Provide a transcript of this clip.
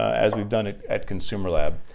as we've done at at consumerlab.